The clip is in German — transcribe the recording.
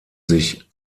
sich